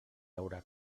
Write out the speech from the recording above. haurà